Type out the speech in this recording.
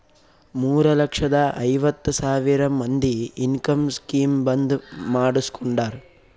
ಮೂರ ಲಕ್ಷದ ಐವತ್ ಸಾವಿರ ಮಂದಿ ಇನ್ಕಮ್ ಸ್ಕೀಮ್ ಬಂದ್ ಮಾಡುಸ್ಕೊಂಡಾರ್